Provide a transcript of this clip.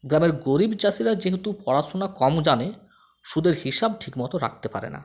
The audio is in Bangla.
গ্রামের গরিব চাষীরা যেহেতু পড়াশুনা কম জানে সুদের হিসাব ঠিকমতো রাখতে পারে না